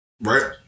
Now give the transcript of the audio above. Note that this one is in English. Right